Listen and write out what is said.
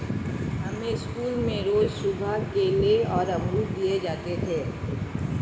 हमें स्कूल में रोज सुबह केले और अमरुद दिए जाते थे